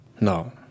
No